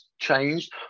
changed